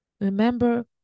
remember